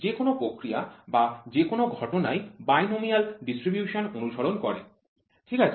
যে কোনও প্রক্রিয়া বা যেকোনও ঘটনাই বাইনোমিয়াল ডিস্ট্রিবিউশন অনুসরণ করে ঠিক আছে